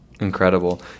Incredible